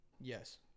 Yes